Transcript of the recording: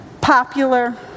popular